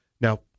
Now